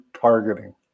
targeting